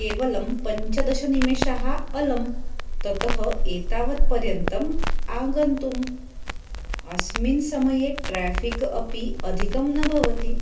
केवलं पञ्चदशनिमेषः अलम् ततः एतावत् पर्यन्तम् आगन्तुम् अस्मिन् समये ट्राफिक् अपि अधिकं न भवति